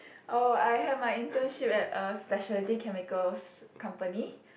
oh I had my internship at a specialty chemicals company